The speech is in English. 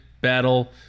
battle